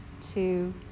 two